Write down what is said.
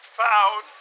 found